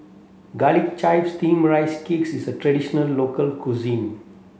garlic chives steamed rice cake is a traditional local cuisine